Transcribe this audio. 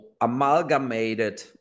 amalgamated